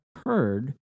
occurred